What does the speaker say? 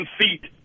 feet